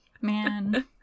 Man